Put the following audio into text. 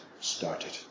started